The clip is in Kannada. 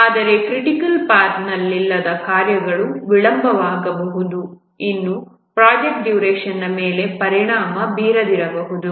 ಆದರೆ ಕ್ರಿಟಿಕಲ್ ಪಾಥ್ನಲ್ಲಿಲ್ಲದ ಕಾರ್ಯಗಳು ವಿಳಂಬವಾಗಬಹುದು ಇನ್ನೂ ಪ್ರಾಜೆಕ್ಟ್ ಡ್ಯುರೇಷನ್ನ ಮೇಲೆ ಪರಿಣಾಮ ಬೀರದಿರಬಹುದು